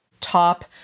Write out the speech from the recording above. top